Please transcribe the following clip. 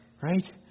right